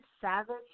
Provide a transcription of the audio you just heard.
Savage